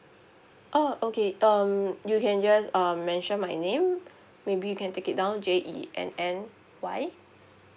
oh okay um you can just um mention my name maybe you can take it down J E N N Y